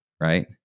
right